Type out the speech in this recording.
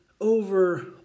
over